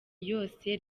yose